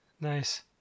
Nice